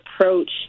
approach